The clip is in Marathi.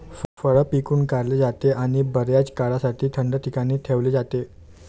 फळ पिळून काढले जाते आणि बर्याच काळासाठी थंड ठिकाणी ठेवले जाते